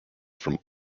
from